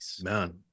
man